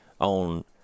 on